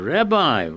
Rabbi